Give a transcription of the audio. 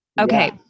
okay